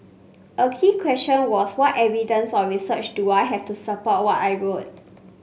a key question was what evidence or research do I have to support what I wrote